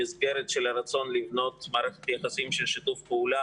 במסגרת הרצון לבנות מערכת יחסים של שיתוף פעולה